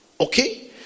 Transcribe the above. okay